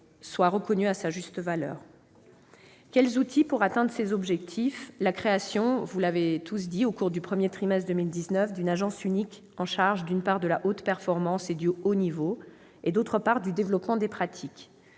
soit reconnu à sa juste valeur. Quels outils pour atteindre ces objectifs ? Vous avez tous mentionné la création, au cours du premier trimestre 2019, d'une agence unique chargée, d'une part, de la haute performance et du haut niveau et, d'autre part, du développement des pratiques.